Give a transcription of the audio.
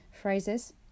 phrases